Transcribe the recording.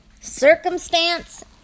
Circumstance